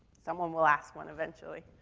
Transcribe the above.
someone will ask one eventually.